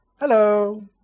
Hello